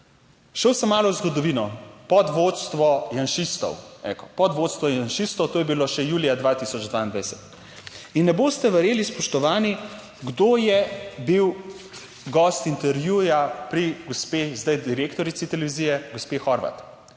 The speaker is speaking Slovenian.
Šel sem malo v zgodovino pod vodstvo janšistov, eko…, pod vodstvo janšistov, to je bilo še julija 2022 in ne boste verjeli, spoštovani, kdo je bil gost intervjuja pri gospe, zdaj direktorici televizije, gospe Horvat.